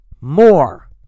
More